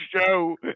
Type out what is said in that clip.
show